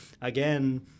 again